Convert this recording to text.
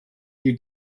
you